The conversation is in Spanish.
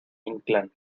inclán